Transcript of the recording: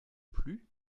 plus